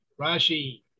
Rashi